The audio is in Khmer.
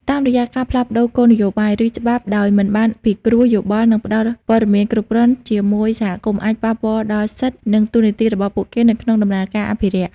តាមរយៈការផ្លាស់ប្តូរគោលនយោបាយ ឬច្បាប់ដោយមិនបានពិគ្រោះយោបល់នឹងផ្ដល់ព័ត៌មានគ្រប់គ្រាន់ជាមួយសហគមន៍អាចប៉ះពាល់ដល់សិទ្ធិ និងតួនាទីរបស់ពួកគេនៅក្នុងដំណើរការអភិរក្ស។